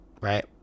right